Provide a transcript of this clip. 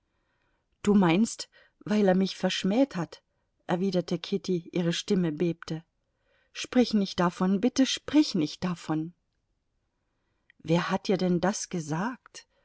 du meinst weil er mich verschmäht hat erwiderte kitty ihre stimme bebte sprich nicht davon bitte sprich nicht davon wer hat dir denn das gesagt